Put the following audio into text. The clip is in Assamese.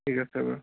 ঠিক আছে বাৰু